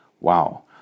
Wow